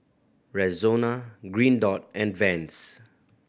Rexona Green Dot and Vans